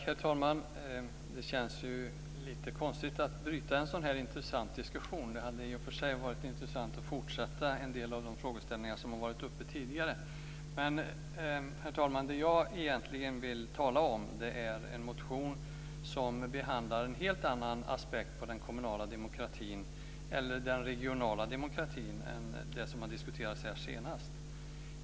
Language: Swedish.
Herr talman! Det känns lite konstigt att bryta en sådan intressant diskussion. Det hade i och för sig varit intressant att få fortsätta med en del av de frågeställningar som har varit uppe tidigare. Herr talman! Det jag egentligen vill tala om är en motion som behandlar en helt annan aspekt på den kommunala demokratin, eller den regionala demokratin, än den som har diskuterats här senast.